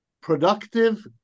productive